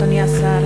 אדוני השר,